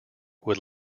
would